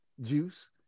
juice